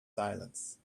silence